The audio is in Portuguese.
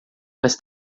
mas